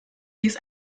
dies